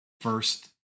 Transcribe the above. first